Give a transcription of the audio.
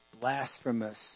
blasphemous